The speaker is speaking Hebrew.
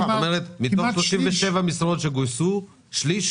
זאת אומרת, מתוך 37 משרות שגויסו שליש